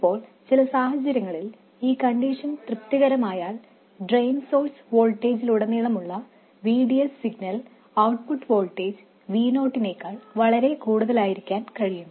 ഇപ്പോൾ ചില സാഹചര്യങ്ങളിൽ ഈ കണ്ടിഷൻ തൃപ്തികരമായാൽ ഡ്രെയിൻ സോഴ്സ് വോൾട്ടേജിലുടനീളമുള്ള VDS സിഗ്നൽ ഔട്ട്പുട്ട് വോൾട്ടേജ് V0നേക്കാൾ വളരെ കൂടുതലായിരിക്കാൻ കഴിയും